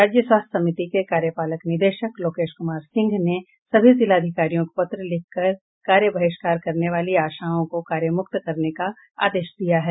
राज्य स्वास्थ्य समिति के कार्यपालक निदेशक लोकेश कुमार सिंह ने सभी जिलाधिकारियों को पत्र लिखकर कार्य बहिष्कार करने वाली आशाओं को कार्य मुक्त करने का आदेश दिया है